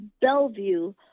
Bellevue